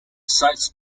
sites